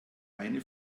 eine